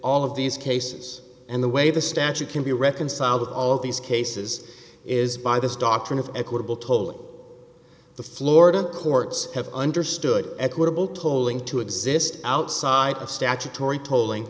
all of these cases and the way the statute can be reconciled with all these cases is by this doctrine of equitable told the florida courts have understood equitable tolling to exist outside of statutory tolling